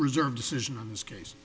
reserve decision on this case